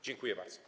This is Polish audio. Dziękuję bardzo.